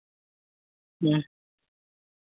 ᱦᱮᱸ